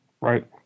Right